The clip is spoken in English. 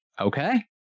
okay